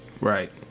Right